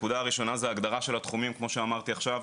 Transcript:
הנקודה הראשונה זה הגדרה של התחומים כמו שאמרתי עכשיו,